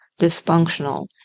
dysfunctional